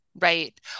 Right